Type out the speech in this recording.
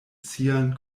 sian